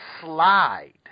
Slide